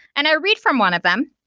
and i read from one of them.